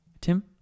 Tim